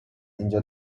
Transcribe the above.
اینجا